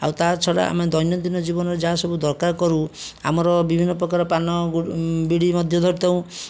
ଆଉ ତା' ଛଡ଼ା ଆମେ ଦୈନନ୍ଦିନ ଜୀବନରେ ଯାହା ସବୁ ଦରକାର କରୁ ଆମର ବିଭିନ୍ନପ୍ରକାର ପାନ ବିଡ଼ି ମଧ୍ୟ ଧରିଥାଉ